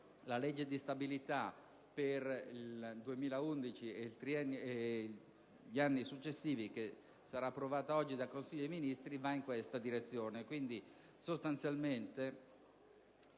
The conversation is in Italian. la legge di stabilità per il 2011 e per gli anni successivi che sarà approvata oggi dal Consiglio dei ministri va in questa direzione.